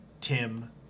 Tim